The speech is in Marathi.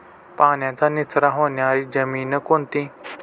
पाण्याचा निचरा होणारी जमीन कोणती?